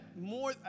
more